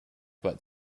but